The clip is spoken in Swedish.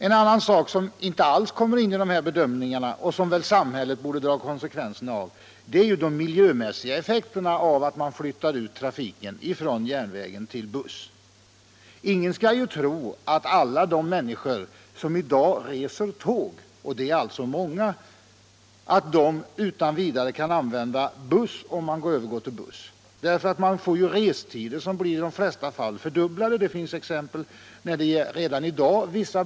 En annan fråga som inte alls kommer in i bedömningen och som samhället väl borde dra konsekvenserna av är de miljömässiga effekterna av att man flyttar över trafiken från järnväg till buss. Ingen skall tro att alla de människor som i dag reser med tåg — och det är alltså många —- utan vidare i stället skulle kunna använda buss. De får restider som i de flesta fall blir fördubblade. Det finns redan i dag exempel på detta.